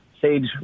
sage